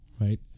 right